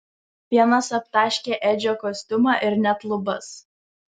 pienas aptaškė edžio kostiumą ir net lubas